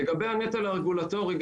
לגבי הנטל הרגולטורי.